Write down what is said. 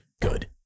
good